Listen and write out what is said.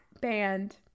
Band